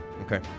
Okay